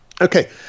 Okay